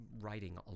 writing